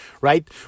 right